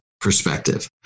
perspective